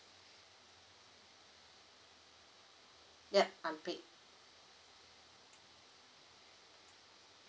yup unpaid